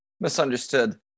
misunderstood